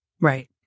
Right